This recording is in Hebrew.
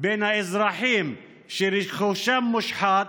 בין האזרחים שרכושם מושחת